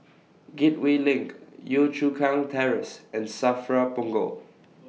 Gateway LINK Yio Chu Kang Terrace and SAFRA Punggol